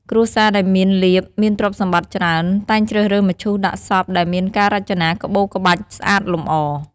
គ្រួសារដែលមានលាភ មានទ្រព្យសម្បត្តិច្រើន តែងជ្រើសរើសមឈូសដាក់សព ដែលមានការរចនាក្បូរក្បាច់ស្អាតលម្អ។